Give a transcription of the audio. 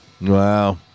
Wow